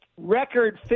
Record